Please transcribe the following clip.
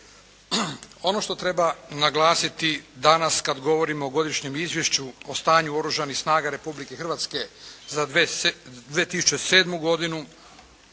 Ono što treba naglasiti danas kad govorimo o godišnjem izvješću o stanju Oružanih snaga Republike Hrvatske za 2007. godinu,